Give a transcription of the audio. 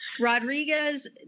Rodriguez